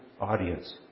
audience